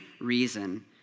reason